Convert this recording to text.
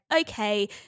okay